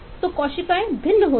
तो कोशिकाएं भिन्न होती हैं